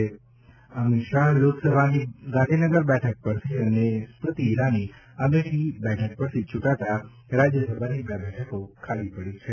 શ્રી અમીત શાહ લોકસભાની ગાંધીનગર બેઠક પરથી અને સૂશ્રી સ્મૂતિ ઇરાની અમેઠી બેઠક પરથી ચૂંટાતાં રાજ્યસભાની બે બેઠકો ખાલી પડી છે